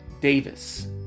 Davis